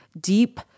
deep